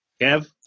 Kev